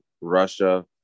Russia